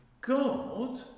God